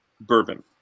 bourbon